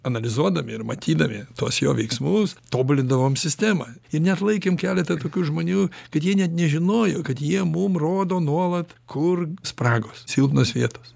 analizuodami ir matydami tuos jo veiksmus tobulindavom sistemą ir net laikėm keletą tokių žmonių kad jie net nežinojo kad jie mum rodo nuolat kur spragos silpnos vietos